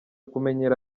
kumenyera